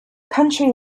country